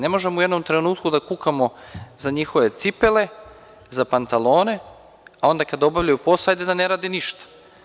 Ne možemo u jednom trenutku da kukamo za njihove cipele, za pantalone, a onda kada obavljaju posao, hajde da ne rade ništa.